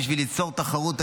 בשביל ליצור תחרות אמיתית,